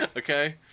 Okay